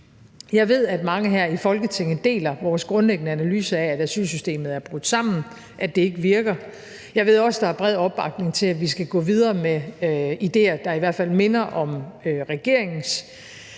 Jeg ved, at mange her i Folketinget deler vores grundlæggende analyse af, at asylsystemet er brudt sammen, at det ikke virker. Jeg ved også, at der er bred opbakning til, at vi skal gå videre med idéer, der i hvert fald minder om regeringens.